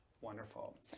Wonderful